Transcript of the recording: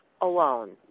alone